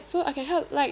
so I can help like